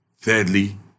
Thirdly